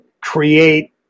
create